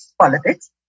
politics